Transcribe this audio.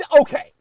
Okay